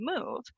move